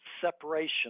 separation